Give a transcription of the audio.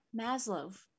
Maslow